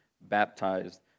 baptized